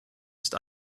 ist